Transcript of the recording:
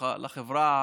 לחברה,